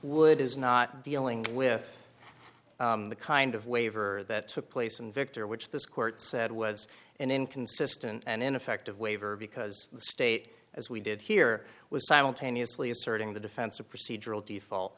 would is not dealing with the kind of waiver that took place and victor which this court said was an inconsistent and ineffective waiver because the state as we did here was simultaneously asserting the defense of procedural default